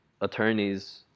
attorneys